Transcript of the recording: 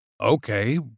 Okay